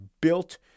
built